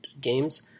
games